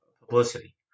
publicity